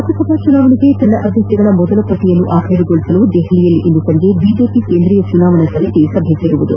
ಲೋಕಸಭಾ ಚುನಾವಣೆಗೆ ತನ್ನ ಅಭ್ಯರ್ಥಿಗಳ ಮೊದಲ ಪಟ್ಲಯನ್ನು ಆಖ್ಲೆರುಗೊಳಿಸಲು ದೆಹಲಿಯಲ್ಲಿ ಇಂದು ಸಂಜೆ ಬಿಜೆಪಿ ಕೇಂದ್ರೀಯ ಚುನಾವಣಾ ಸಮಿತಿ ಸಭೆ ನಡೆಸಲಿದೆ